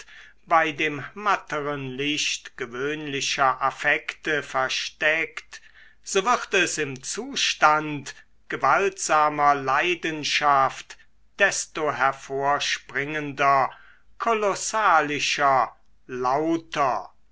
bei dem matteren licht gewöhnlicher affekte versteckt so wird es im zustand gewaltsamer leidenschaft desto hervorspringender kolossalischer lauter